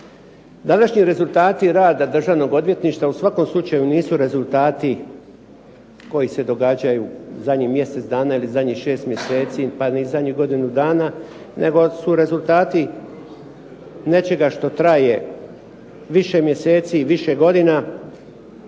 Današnji rezultati rada Državnog odvjetništva u svakom slučaju nisu rezultati koji se događaju u zadnjih mjesec dana ili zadnjih šest mjeseci, pa ni zadnjih godinu dana, nego su rezultati nečega što traje više mjeseci i više godina.